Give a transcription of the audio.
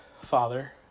father